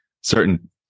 certain